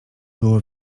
było